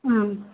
ꯑꯥ